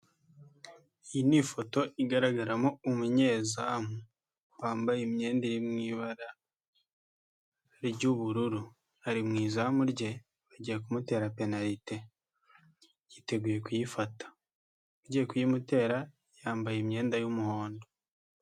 Iyi ni ifoto igaragaramo umunyezamu wambaye imyenda irimwo ibara ry'ubururu ari mu izamu rye bagiye kumutera penariti yiteguye kuyifata ugiye kuyimutera yambaye imyenda y'umuhondo.